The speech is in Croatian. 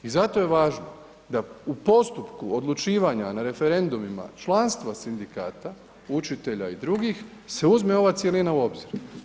I zato je važno da u postupku odlučivanja na referendumima, članstva sindikata, učitelja i drugih se uzme ova cjelina u obzir.